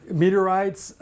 meteorites